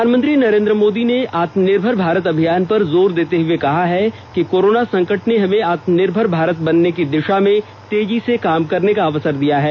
प्रधानमंत्री नरेंद्र मोदी ने आत्मनिर्भर भारत अभियान पर जोर देते हुए कहा है कि कोरोना संकट ने हमें आत्मनिर्भर भारत बनने की दिशा में तेजी से काम करने का अवसर दिया है